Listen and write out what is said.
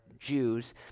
jews